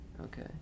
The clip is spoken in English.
Okay